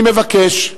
אני מבקש,